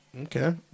okay